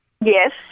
Yes